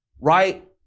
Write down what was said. Right